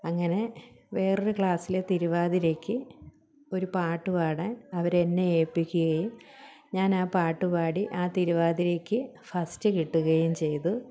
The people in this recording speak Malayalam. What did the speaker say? അങ്ങനെ വേറൊരു ക്ലാസിലെ തിരുവാതിരയ്ക്ക് ഒരു പാട്ടുപാടാൻ അവരെന്നെ ഏൽപ്പിക്കുകയും ഞാൻ ആ പാട്ടുപാടി ആ തിരുവാതിരയ്ക്ക് ഫസ്റ്റ് കിട്ടുകയും ചെയ്തു